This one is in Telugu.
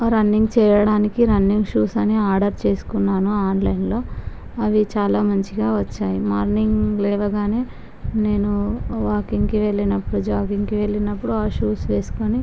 రన్నింగ్ చెయ్యడానికి రన్నింగ్ షూస్ని ఆర్డర్ చేసుకున్నాను ఆన్లైన్లో అవి చాలా మంచిగా వచ్చాయి మార్నింగ్ లేవగానే నేను వాకింగ్కి వెళ్ళినప్పుడు జాగింగ్కి వెళ్ళినప్పుడు ఆ షూస్ వేసుకుని